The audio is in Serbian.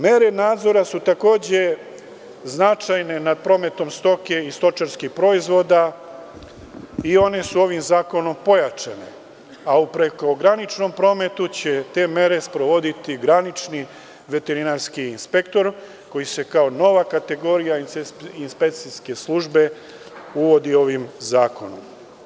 Mere nadzora su takođe značajne nad prometom stoke i stočarskih proizvoda i one su ovim zakonom pojačane, a u prekograničnom prometu će te mere sprovoditi granični veterinarski inspektor, koji se kao nova kategorija inspekcijske službe uvodi ovim zakonom.